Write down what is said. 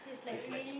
so is like